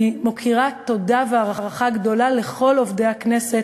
אני מכירה תודה והערכה גדולה לכל עובדי הכנסת,